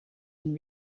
and